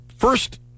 First